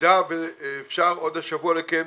שבמידה ואפשר, לקיים עוד השבוע דיון.